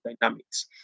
dynamics